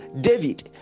David